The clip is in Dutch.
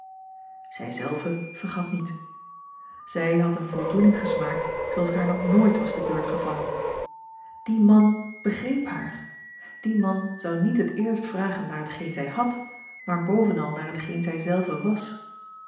zij zelve vergat niet zij a l g bosboom-toussaint langs een omweg had eene voldoening gesmaakt zooals haar nog nooit was te beurt gevallen die man begreep haar die man zou niet het eerst vragen naar hetgeen zij had maar bovenal naar hetgeen zij zelve was